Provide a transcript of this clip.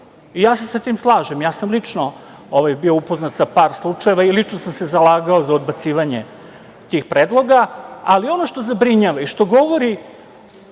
i ja se sa tim slažem. Ja sam lično bio upoznat sa par slučajeva i lično sam se zalagao za odbacivanje tih predloga, ali ono što zabrinjava i što govori